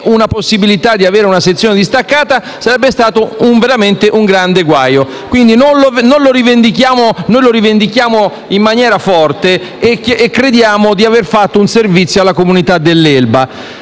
la possibilità di avere una sezione distaccata sarebbe stato veramente un grande guaio. Noi rivendichiamo in maniera forte questa modifica e crediamo di aver reso un servizio alla comunità dell'Elba.